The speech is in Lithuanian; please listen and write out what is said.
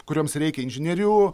kurioms reikia inžinierių